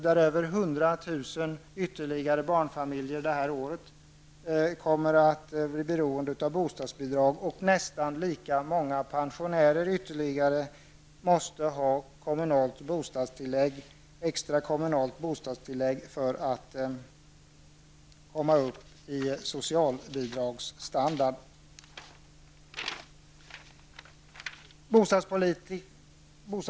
Ytterligare mer än 100 000 barnfamiljer kommer detta år att bli beroende av bostadsbidrag och nästan lika många pensionärer måste ha extra kommunalt bostadstillägg för att komma upp i socialbidragsstandard.